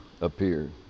appeared